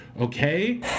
okay